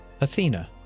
Athena